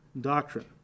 doctrine